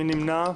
מי נמנע?